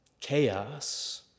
Chaos